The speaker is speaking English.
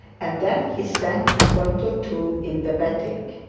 and then he sank a point or two in the betting.